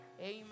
Amen